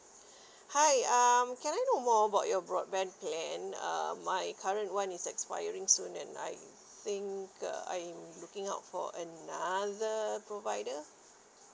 hi um can I know more about your broadband plan uh my current one is expiring soon and I think uh I'm looking out for another provider